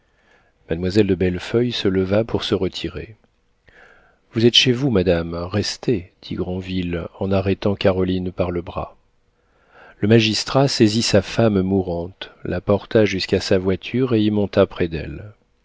mademoiselle de bellefeuille se leva pour se retirer vous êtes chez vous madame restez dit granville en arrêtant caroline par le bras le magistrat saisit sa femme mourante la porta jusqu'à sa voiture et y monta près d'elle